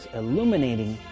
illuminating